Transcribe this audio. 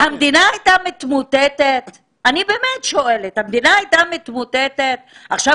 המדינה הייתה מתמוטטת?! אני באמת שואלת: המדינה הייתה מתמוטטת?! עכשיו,